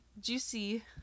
juicy